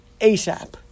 ASAP